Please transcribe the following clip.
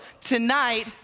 tonight